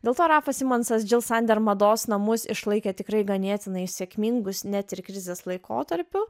dėl to rafas simonsas džil sander mados namus išlaikė tikrai ganėtinai sėkmingus net ir krizės laikotarpiu